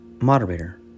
Moderator